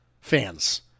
fans